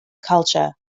culture